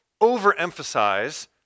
overemphasize